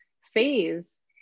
phase